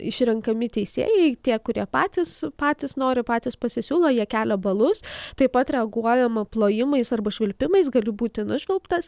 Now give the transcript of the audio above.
išrenkami teisėjai tie kurie patys patys nori patys pasisiūlo jie kelia balus taip pat reaguojama plojimais arba švilpimais gali būti nušvilptas